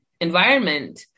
environment